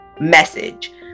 message